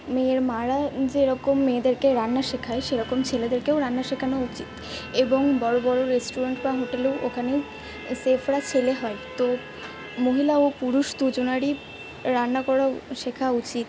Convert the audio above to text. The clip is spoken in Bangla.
মেয়ের মায়েরা যেরকম মেয়েদেরকে রান্না শেখায় সেরকম ছেলেদেরকেও রান্না শেখানো উচিত এবং বড়ো বড়ো রেস্টুরেন্ট বা হোটেলেও ওখানেও শেফরা ছেলে হয় তো মহিলা ও পুরুষ দুজনারই রান্না করা শেখা উচিত